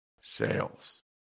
sales